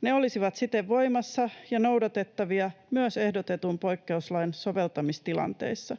Ne olisivat siten voimassa ja noudatettavia myös ehdotetun poikkeuslain soveltamistilanteissa.